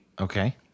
okay